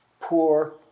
poor